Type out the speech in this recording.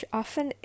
often